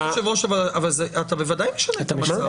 אדוני היושב ראש, אתה בוודאי משנה את המצב.